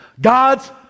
God's